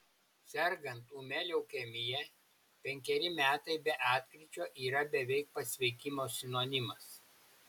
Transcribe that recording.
sergant ūmia leukemija penkeri metai be atkryčio yra beveik pasveikimo sinonimas